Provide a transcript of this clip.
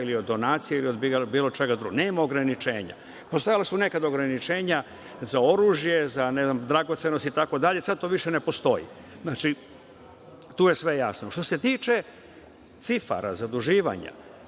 ili od donacija ili od bilo čega drugog, nema ograničenja. Postojala su nekad ograničenja za oružje, za dragocenosti itd, sada to više ne postoji. Znači, tu je sve jasno. Što se tiče cifara zaduživanja,